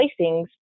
placings